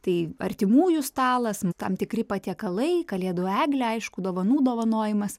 tai artimųjų stalas tam tikri patiekalai kalėdų eglė aišku dovanų dovanojimas